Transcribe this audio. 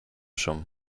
szum